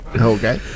Okay